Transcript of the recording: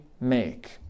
make